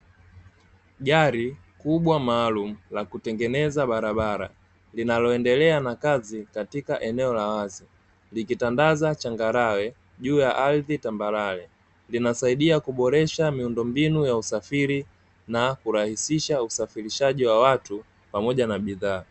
Gari kubwa maalumu la kutengeneza barabara, linaloendelea na kazi katika eneo la wazi, likitandaza changarawe juu ya ardhi tambarare, linasaidia kuboresha miundombinu ya usafiri, na kurahisisha usafirishaji wa watu pamoja na bidhaa.